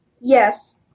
Yes